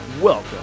welcome